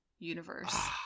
Universe